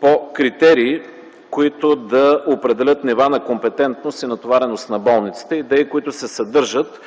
по критерии, които да определят нива на компетентност и натовареност на болниците – идеи, които се съдържат